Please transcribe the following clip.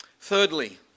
Thirdly